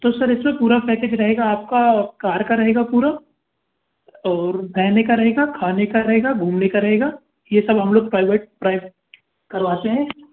तो सर इस में पूरा पैकेज रहेगा आपका कार का रहेगा पूरा और रहने का रहेगा खाने का रहेगा घूमने का रहेगा ये सब हम लोग प्राइवेट करवाते हैं